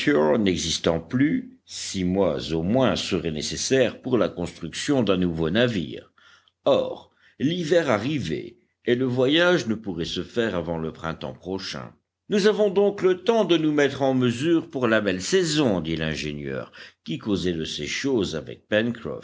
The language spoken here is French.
n'existant plus six mois au moins seraient nécessaires pour la construction d'un nouveau navire or l'hiver arrivait et le voyage ne pourrait se faire avant le printemps prochain nous avons donc le temps de nous mettre en mesure pour la belle saison dit l'ingénieur qui causait de ces choses avec